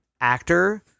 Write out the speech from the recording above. actor